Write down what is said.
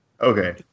Okay